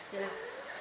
Yes